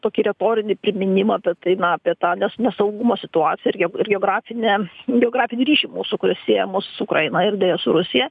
tokį retorinį priminimą apie tai apie tą nes nesaugumo situacija irgi ir geografinę geografinį ryšį mūsų sieja mus su ukraina ir deja su rusija